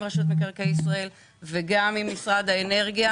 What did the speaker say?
רשות מקרקעי ישראל וגם עם משרד האנרגיה.